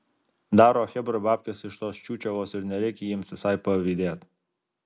daro chebra babkes iš tos čiūčelos ir nereikia jiems visai pavydėt